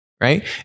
right